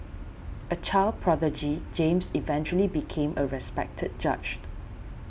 a child prodigy James eventually became a respected judge